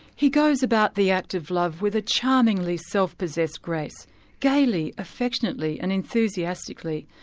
he goes about the act of love with a charmingly self-possessed grace gaily, affectionately, and enthusiastically.